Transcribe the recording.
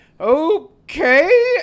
okay